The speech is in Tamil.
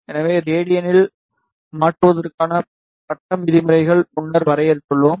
எனவே ரேடியனில் மாற்றுவதற்கான பட்டம் விதிமுறைகளை முன்னர் வரையறுத்துள்ளோம்